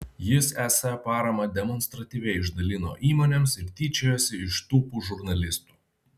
jis es paramą demonstratyviai išdalino savo įmonėms ir tyčiojosi iš tūpų žurnalistų